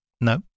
No